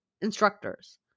instructors